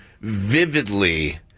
vividly